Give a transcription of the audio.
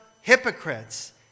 hypocrites